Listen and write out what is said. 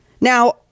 Now